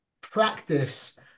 practice